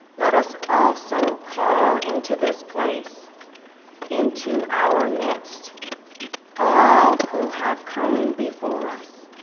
let us also call into this place into our midst all who have come before us,